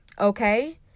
Okay